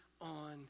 on